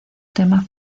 tema